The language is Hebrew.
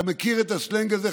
אתה מכיר את הסלנג הזה,